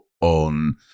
on